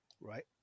Right